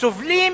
סובלים